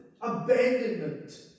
abandonment